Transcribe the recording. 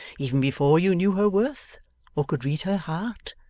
even before you knew her worth or could read her heart?